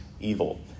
evil